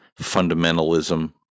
fundamentalism